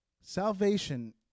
Salvation